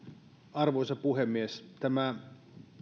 arvoisa puhemies tämä